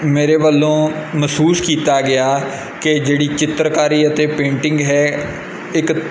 ਮੇਰੇ ਵੱਲੋਂ ਮਹਿਸੂਸ ਕੀਤਾ ਗਿਆ ਕਿ ਜਿਹੜੀ ਚਿੱਤਰਕਾਰੀ ਅਤੇ ਪੇਂਟਿੰਗ ਹੈ ਇੱਕ